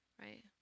right